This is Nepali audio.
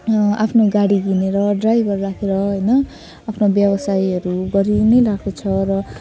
आफ्नो गाडी किनेर ड्राइभर राखेर होइन आफ्नो व्यवसायहरू गरी नै रहेको छ र कसै कसैले चाहिँ अब